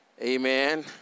Amen